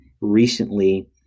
Recently